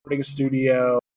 studio